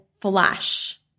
flash